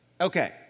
Okay